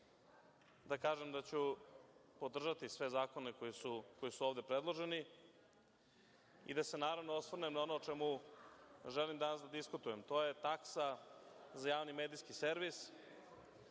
da kažem da ću podržati sve zakone koji su ovde predloženi i da se naravno osvrnem na ono o čemu želim danas da diskutujem. To je taksa za javni medijski servis.